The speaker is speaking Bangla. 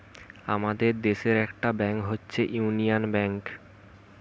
আমাদের দেশের একটা ব্যাংক হচ্ছে ইউনিয়ান ব্যাঙ্ক